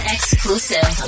Exclusive